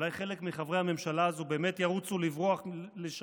אולי חלק מחברי הממשלה הזאת באמת ירוצו לברוח לשם